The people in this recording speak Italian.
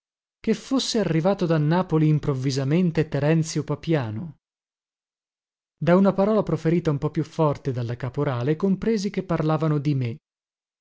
che fosse arrivato da napoli improvvisamente terenzio papiano da una parola proferita un po più forte dalla caporale compresi che parlavano di me